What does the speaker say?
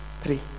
Three